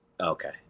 Okay